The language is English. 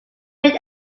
made